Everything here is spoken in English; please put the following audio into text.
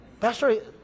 Pastor